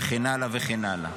וכן הלאה וכן הלאה.